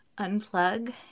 unplug